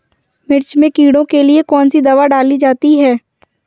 मिर्च में कीड़ों के लिए कौनसी दावा डाली जाती है?